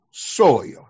Soil